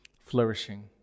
flourishing